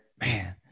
man